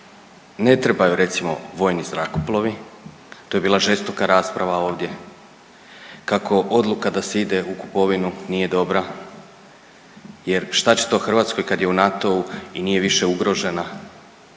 ne trebaju recimo vojni zrakoplovi, to je bila žestoka rasprava ovdje, kako odluka da se ide u kupovinu nije dobra jer šta će to Hrvatskoj kad je u NATO-u i nije više ugrožena, a